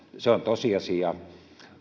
se on tosiasia